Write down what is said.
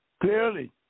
Clearly